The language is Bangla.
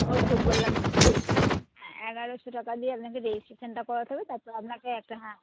ওই তো বললাম এগারোশো টাকা দিয়ে আপনাকে রেজিস্ট্রেশনটা করাতে হবে তারপর আপনাকে একটা হ্যাঁ